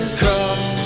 cross